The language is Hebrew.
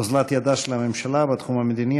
אוזלת ידה של הממשלה בתחום המדיני,